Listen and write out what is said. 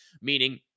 meaning